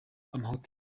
amahoteli